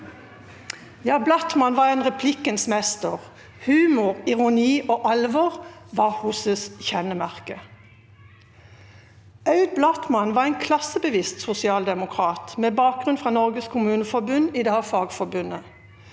Blattmann var en replikkens mester. Humor, ironi og alvor var hennes kjennemerke. Aud Blattmann var en klassebevisst sosialdemokrat med bakgrunn fra Norsk Kommuneforbund, i dag Fagforbundet.